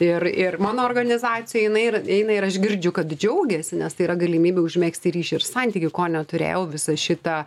ir ir mano organizacijoj jinai ir eina ir aš girdžiu kad džiaugiasi nes tai yra galimybė užmegzti ryšį ir santykį ko neturėjau visą šitą